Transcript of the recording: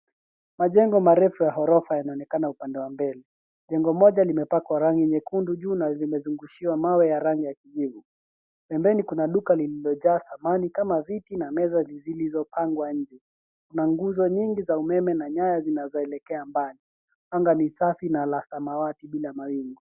Majengo marefu ya ghorofa yanaonekana upande wa mbele. Jengo maji limepakwa rangi nyekundu juu na limezungushiwa kwa mawe ya rangi ya kijivu. Pembeni kuna duka lililojaa samani kama viti na mezazilizopangwa nje. Kuna nguzo nyingi za umeme na nyaya zinazoelekea mbali. Anga ni safi na la samawati bila mawingu.